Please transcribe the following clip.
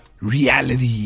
reality